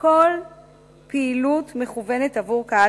כל פעילות מכוונת לקהל